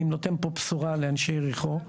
אני נותן פה בשורה לאנשי יריחו,